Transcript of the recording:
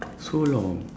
so long